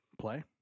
Play